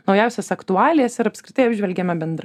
naujausias aktualijas ir apskritai apžvelgėme bendrai